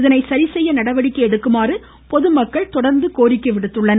இதனை சரிசெய்ய நடவடிக்கை எடுக்குமாறு பொதுமக்கள் கோரிக்கை விடுத்துள்ளனர்